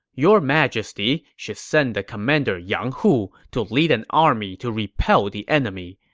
your majesty should send the commander yang hu to lead an army to repel the enemy.